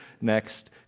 next